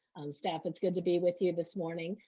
staff it's good to be with you this morning.